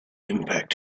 impact